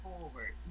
forward